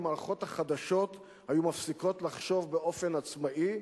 אם מערכות החדשות היו מפסיקות לחשוב באופן עצמאי,